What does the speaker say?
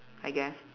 I guess